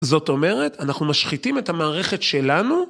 זאת אומרת, אנחנו משחיתים את המערכת שלנו.